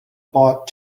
bought